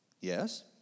Yes